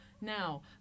now